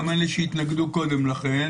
גם אלה שהתנגדו קודם לכן